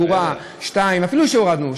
אפילו שהורדנו,